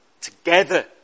Together